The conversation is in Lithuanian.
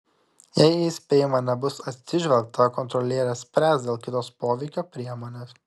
jei į įspėjimą nebus atsižvelgta kontrolierė spręs dėl kitos poveikio priemonės